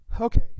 okay